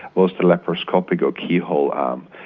was the laparoscopic or keyhole arm.